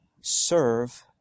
serve